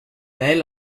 elle